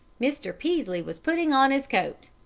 mr. peaslee was putting on his coat.